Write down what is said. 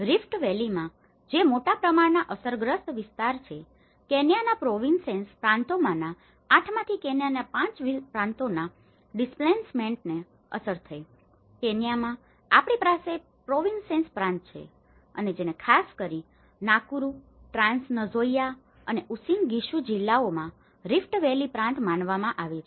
rift વેલીમાં જે મોટા પ્રમાણમાં અસરગ્રસ્ત વિસ્તાર છે કેન્યાના પ્રોવીન્સેસ પ્રાંતોમાંના 8 માંથી કેન્યાના 5 પ્રાંતોના ડિસ્પ્લેસમેન્ટને અસર થઈ કેન્યામાં આપણી પાસે પ્રોવીન્સેસ પ્રાંત છે અને જેને ખાસ કરીને નાકુરૂ ટ્રાંસ નઝોઇઆ અને ઉસીન ગિશુ જિલ્લાઓમાં રિફ્ટ વેલી પ્રાંત માનવામાં આવે છે